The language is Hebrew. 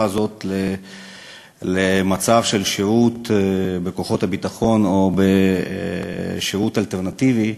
הזאת למצב של שירות בכוחות הביטחון או בשירות אלטרנטיבי,